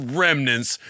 remnants